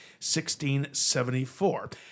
1674